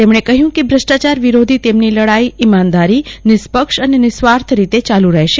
તેમણે કહ્યું કે બ્રષ્ટાચાર વિરોધી તેમની લડાઈ ઈમાનદારી નિષ્પક્ષ અને નિઃસ્વાર્થ રીતે ચાલુ રહેશે